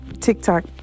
TikTok